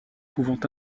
pouvant